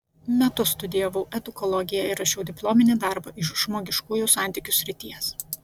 metus studijavau edukologiją ir rašiau diplominį darbą iš žmogiškųjų santykių srities